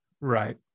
right